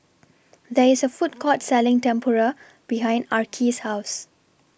There IS A Food Court Selling Tempura behind Arkie's House